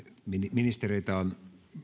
ministereiltä on